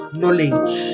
knowledge